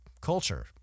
culture